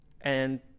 And-